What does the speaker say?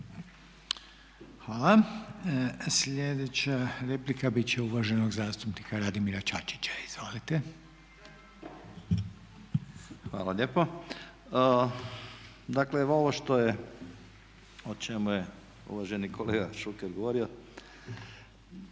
Hvala. Sljedeća replika biti će uvaženog zastupnika Radimira Čačića. Izvolite. **Čačić, Radimir (Reformisti)** Hvala lijepo. Dakle ovo što je, o čemu je uvaženi kolega Šuker govorio,